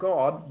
God